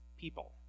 people